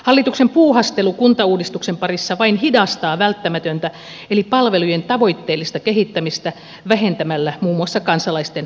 hallituksen puuhastelu kuntauudistuksen parissa vain hidastaa välttämätöntä eli palvelujen tavoitteellista kehittämistä vähentämällä muun muassa kansalaisten osallisuutta